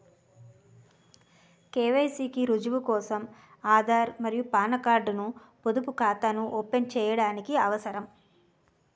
KYC కి రుజువు కోసం ఆధార్ మరియు పాన్ కార్డ్ ను పొదుపు ఖాతాను ఓపెన్ చేయడానికి అవసరం